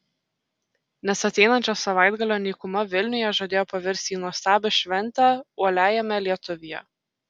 nes ateinančio savaitgalio nykuma vilniuje žadėjo pavirsti į nuostabią šventę uoliajame lietuvyje